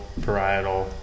varietal